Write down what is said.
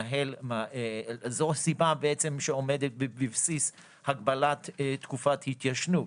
זו הסיבה שעומדת בבסיס הגבלת תקופת התיישנות.